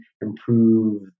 improve